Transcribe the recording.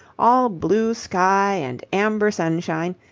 all blue sky and amber sunshine,